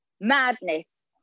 madness